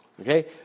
Okay